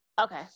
Okay